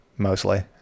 mostly